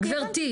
גברתי -- הבנתי.